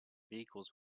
vehicles